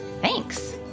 Thanks